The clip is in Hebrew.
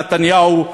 נתניהו,